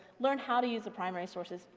learn how to use the primary sources,